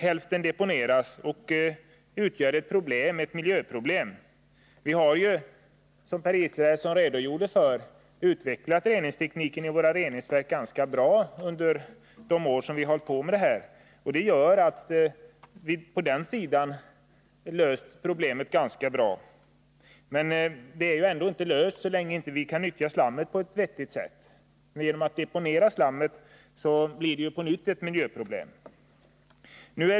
Hälften deponeras och utgör ett miljöproblem. Vi har ju, vilket Per Israelsson redogjorde för, utvecklat reningstekniken vid våra reningsverk ganska bra under de år som vi har hållit på med detta. Det gör att vi har löst problemet rätt bra på den sidan. Men det är ändå inte löst så länge vi inte kan nyttja slammet på ett vettigt sätt. Genom att slammet deponeras blir det ju på nytt ett miljöproblem.